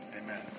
Amen